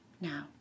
Now